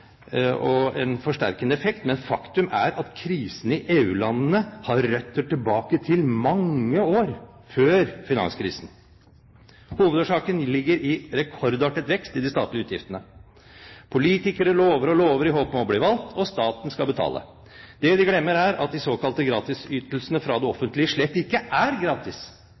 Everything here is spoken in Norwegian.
og forsterkende effekt, men faktum er at krisen i EU-landene har røtter tilbake til mange år før finanskrisen. Hovedårsaken ligger i rekordartet vekst i de statlige utgiftene. Politikere lover og lover i håp om å bli valgt, og staten skal betale. Det de glemmer, er at de såkalte gratisytelsene fra det offentlige slett ikke er gratis,